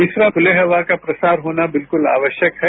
तीसरा खुले हवा का प्रसार होना बिल्कूल आवश्यक है